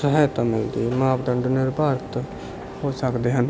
ਸਹਾਇਤਾ ਮਿਲਦੀ ਹੈ ਮਾਪਦੰਡ ਨਿਰਧਾਰਤ ਹੋ ਸਕਦੇ ਹਨ